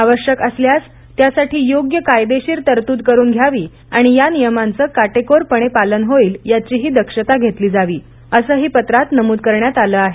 आवश्यक असल्यास त्यासाठी योग्य कायदेशीर तरतूद करून घ्यावी आणि या नियमांचं काटेकोरपणे पालन होईल याचीही दक्षता घेतली जावी असंही पत्रात नमूद करण्यात आलं आहे